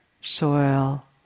soil